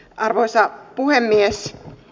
arvoisa puhemies